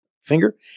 finger